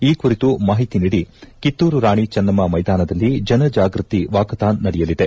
ಈ ಕುರಿತು ಮಾಹಿತಿ ನೀಡಿ ಕಿತ್ತೂರುರಾಣಿ ಚೆನ್ನಮ್ಮ ಮೈದಾನದಲ್ಲಿ ಜನ ಜಾಗೃತಿ ವಾಕತಾನ್ ನಡೆಯಲಿದೆ